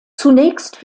zunächst